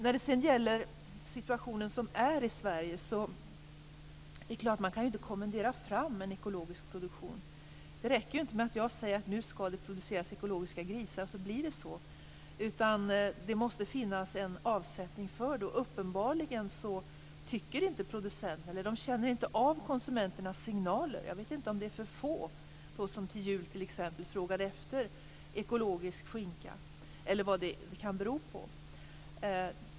När det sedan gäller den situation som råder i Sverige är det klart att man inte kan kommendera fram en ekologisk produktion. Det räcker inte att jag säger att det nu skall produceras ekologiska grisar och så blir det så. Det måste också finnas en avsättning för produktionen. Uppenbarligen tycker inte producenterna att det gör det. De känner inte av konsumenternas signaler. Jag vet inte om det är för få som t.ex. till jul frågar efter ekologisk skinka eller vad det kan bero på.